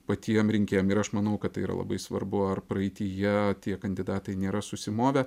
patiem rinkėjam ir aš manau kad tai yra labai svarbu ar praeityje tie kandidatai nėra susimovę